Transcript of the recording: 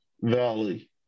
Valley